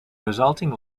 resulting